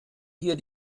hier